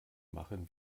machen